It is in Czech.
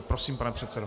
Prosím, pane předsedo.